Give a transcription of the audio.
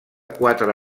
quatre